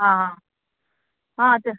आं आं